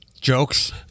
jokes